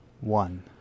One